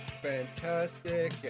fantastic